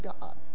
God